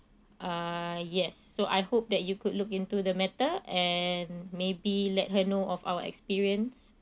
uh yes so I hope that you could look into the matter and maybe let her know of our experience